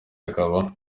akaba